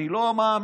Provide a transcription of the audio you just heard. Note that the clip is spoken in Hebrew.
אני לא מאמין.